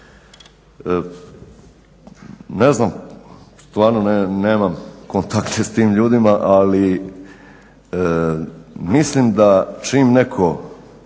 Ne znam, stvarno nemam kontakata s tim ljudima, ali mislim da čim netko